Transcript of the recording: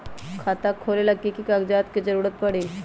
खाता खोले ला कि कि कागजात के जरूरत परी?